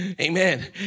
Amen